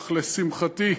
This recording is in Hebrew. אך לשמחתי,